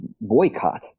boycott